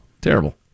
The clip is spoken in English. Terrible